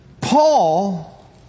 Paul